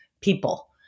people